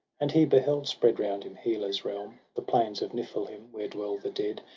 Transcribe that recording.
and he beheld spread round him hela's realm, the plains of niflheim, where dwell the dead,